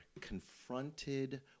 confronted